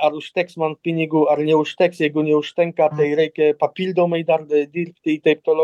ar užteks man pinigų ar neužteks jeigu neužtenka tai reikia papildomai dar dirbti i taip toliau